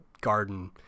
garden